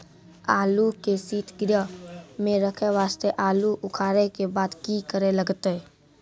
आलू के सीतगृह मे रखे वास्ते आलू उखारे के बाद की करे लगतै?